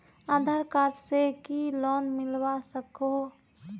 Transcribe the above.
आधार card से की loan मिलवा सकोहो?